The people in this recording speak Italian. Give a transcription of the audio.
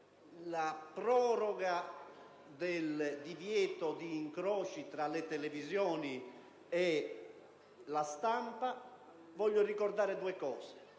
alla proroga del divieto di incroci tra le televisioni e la stampa, è bene ricordare due